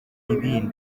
ibindi